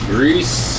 Greece